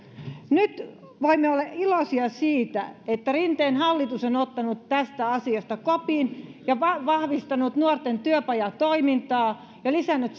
nyt voimme olla iloisia siitä että rinteen hallitus on ottanut tästä asiasta kopin ja vahvistanut nuorten työpajatoimintaa ja lisännyt